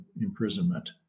imprisonment